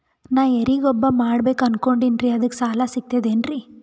ನಾ ಎರಿಗೊಬ್ಬರ ಮಾಡಬೇಕು ಅನಕೊಂಡಿನ್ರಿ ಅದಕ ಸಾಲಾ ಸಿಗ್ತದೇನ್ರಿ?